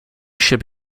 should